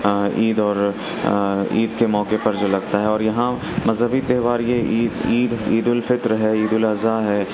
عید اور عید کے موقع پر جو لگتا ہے اور یہاں مذہبی تہوار یہ عید عید عیدالفطر ہے عید الاضحیٰ ہے